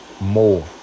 more